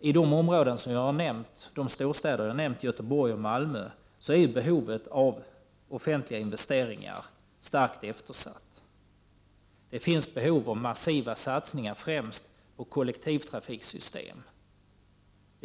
I de storstäder som jag har nämnt — Göteborg och Malmö — är behoven av offentliga investeringar starkt eftersatta. Det finns behov av massiva satsningar främst på kollektivtrafiksystem.